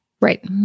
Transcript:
Right